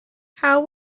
how